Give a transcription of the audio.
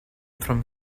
from